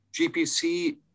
GPC